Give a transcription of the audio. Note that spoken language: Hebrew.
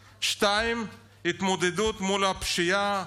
2. ההתמודדות מול הפשיעה,